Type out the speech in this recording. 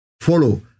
follow